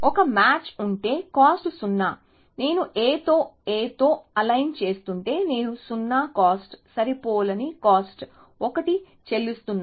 ఒక మ్యాచ్ ఉంటే కాస్ట్ 0 కాబట్టి నేను A తో A తో అలైన్ చేస్తుంటే నేను 0 కాస్ట్ సరిపోలని కాస్ట్ 1 చెల్లిస్తున్నాను